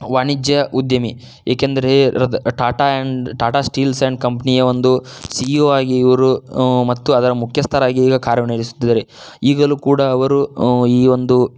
ವಾಣಿಜ್ಯ ಉದ್ಯಮಿ ಏಕೆಂದರೆ Ratan Tata and Tata steel and ಕಂಪ್ನಿಯ ಒಂದು ಸಿ ಇ ಓ ಆಗಿ ಇವರು ಮತ್ತು ಅದರ ಮುಖ್ಯಸ್ಥರಾಗಿ ಈಗ ಕಾರ್ಯ ನಿರ್ವಹಿಸುತ್ತಿದ್ದಾರೆ ಈಗಲೂ ಕೂಡ ಅವರು ಈ ಒಂದು